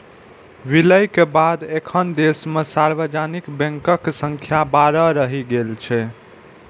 विलय के बाद एखन देश मे सार्वजनिक बैंकक संख्या बारह रहि गेल छै